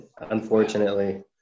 unfortunately